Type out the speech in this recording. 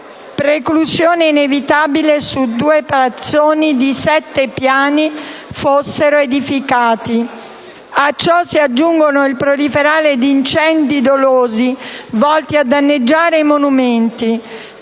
preclusione inevitabile se due palazzoni di sette piani fossero edificati. A ciò si aggiungono il proliferare di incendi dolosi volti a danneggiare i monumenti